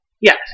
Yes